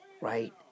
right